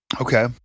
Okay